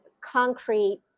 concrete